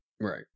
Right